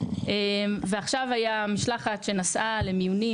עכשיו הייתה משלחת שנסעה למיונים,